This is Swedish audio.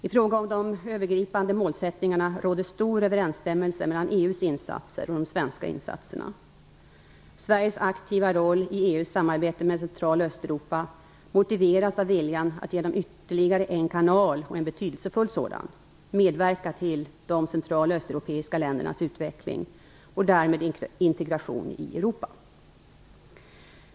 I fråga om de övergripande målsättningarna råder stor överensstämmelse mellan EU:s insatser och de svenska insatserna. Sveriges aktiva roll i EU:s samarbete med Central och Östeuropa motiveras av viljan att genom ytterligare en kanal - och en betydelsefull sådan - medverka till de central och östeuropeiska ländernas utveckling och därmed integration i Europa.